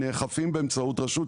למשל.